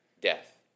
death